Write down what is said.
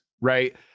right